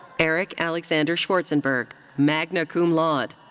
erik alexander schwarzenberg, magna cum laude.